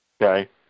Okay